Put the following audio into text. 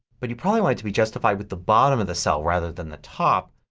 but you probably want it to be justified with the bottom of the cell rather than the top.